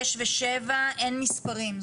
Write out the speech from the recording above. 6 ו-7 אין מספרים.